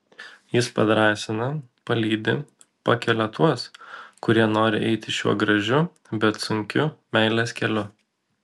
jis padrąsina palydi pakelia tuos kurie nori eiti šiuo gražiu bet sunkiu meilės keliu